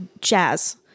jazz